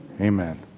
Amen